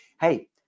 hey